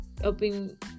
helping